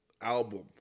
album